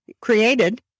created